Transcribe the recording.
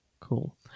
Cool